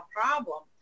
problem